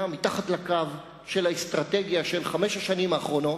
מתחת לקו של האסטרטגיה של חמש השנים האחרונות,